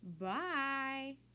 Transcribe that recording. Bye